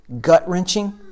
gut-wrenching